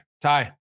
Ty